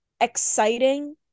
exciting